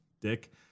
dick